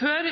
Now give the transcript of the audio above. Før